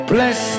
Bless